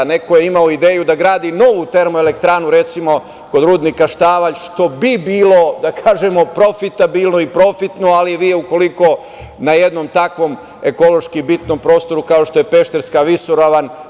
Neko je imao ideju da gradi novu termoelektranu, recimo, kod rudnika Štavalj, što bi bilo profitabilno i profitno, ali ukoliko vi na jednom takvom ekološki bitnom prostoru, kao što je Pešterska visoravan…